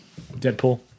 Deadpool